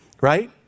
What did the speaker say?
right